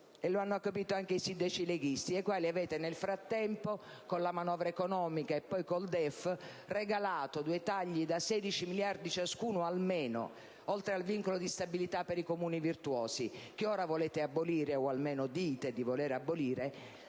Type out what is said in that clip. L'hanno capito anche i sindaci leghisti, ai quali avete, nel frattempo, con la manovra economica e poi con il DEF, regalato due tagli da 16 miliardi ciascuno almeno, oltre al vincolo di stabilità per i comuni virtuosi, che ora volete abolire, o almeno dite di volere abolire,